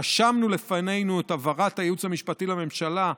רשמנו לפנינו את הבהרת הייעוץ המשפטי לממשלה,